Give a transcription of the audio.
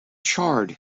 charred